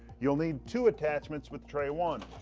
you'll need two attachments with tray one.